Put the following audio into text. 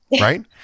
Right